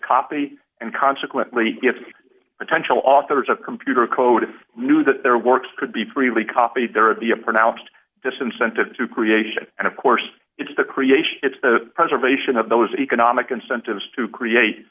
copy and consequently if potential authors of computer code of knew that their works could be freely copied there are the a pronounced disincentive to creation and of course it's the creation it's the preservation of those economic incentives to create